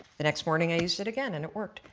the next morning i used it again and it worked.